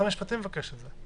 משרד המשפטים מבקש את זה.